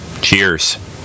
Cheers